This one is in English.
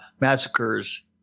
massacres